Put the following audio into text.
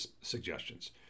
suggestions